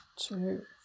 Two